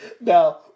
now